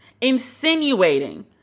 insinuating